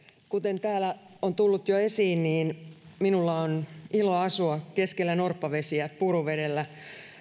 kuten täällä on tullut jo esiin minulla on ilo asua keskellä norppavesiä puruvedellä